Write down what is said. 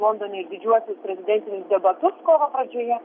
londone ir didžiuosius prezidentinius debatus kovo pradžioje